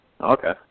Okay